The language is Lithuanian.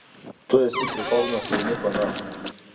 tu esi prikolna šauni pana